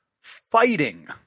fighting